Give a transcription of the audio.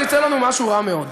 אז יצא לנו משהו רע מאוד.